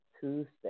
Tuesday